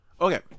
Okay